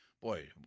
boy